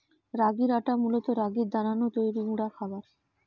রাগির আটা মূলত রাগির দানা নু তৈরি গুঁড়া খাবার